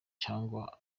cyangwa